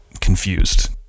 confused